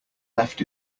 left